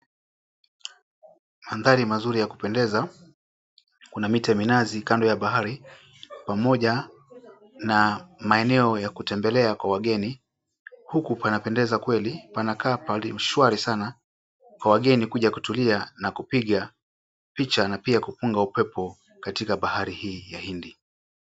Maandhari mazuri ya kupendeza, kuna miti ya minazi kando ya bahari pamoja na maeneo ya kutembelea kwa wageni. Huku panapendeza kweli panakaa mahali shwari sana pa wageni kuja kutulia na kupiga picha na pia kupunga upepo katika bahari hii ya hindi.